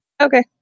Okay